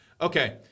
Okay